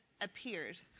appears